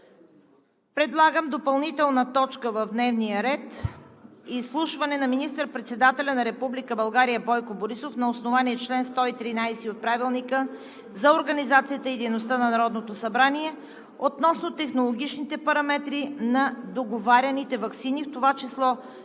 предлагам допълнителна точка в дневния ред: Изслушване на министър-председателя на Република България Бойко Борисов на основание чл. 113 от Правилника за организацията и дейността на Народното събрание относно технологичните параметри на договаряните ваксини, в това число